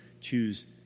choose